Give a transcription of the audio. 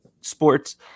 sports